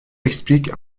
explique